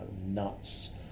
nuts